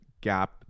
gap